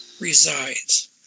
resides